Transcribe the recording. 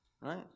right